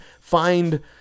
find